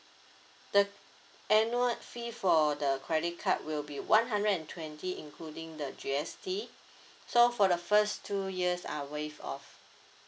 the annual fee for the credit card will be one hundred and twenty including the G_S_T so for the first two years are waive off